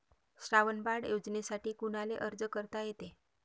श्रावण बाळ योजनेसाठी कुनाले अर्ज करता येते?